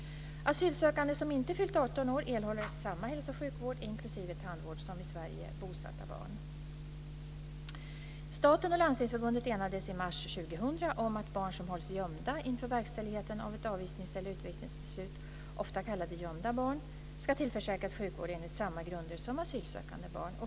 Asylsökande som inte fyllt 18 år erhåller samma hälso och sjukvård inklusive tandvård som i Sverige bosatta barn. 2000 om att barn som hålls gömda inför verkställigheten av ett avvisnings eller utvisningsbeslut, ofta kallade gömda barn, ska tillförsäkras sjukvård enligt samma grunder som asylsökande barn.